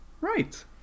Right